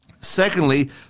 Secondly